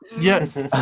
yes